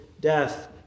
death